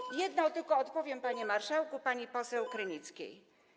I jedno tylko odpowiem, panie marszałku, pani poseł Krynickiej.